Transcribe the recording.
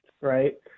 right